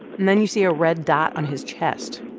and then you see a red dot on his chest.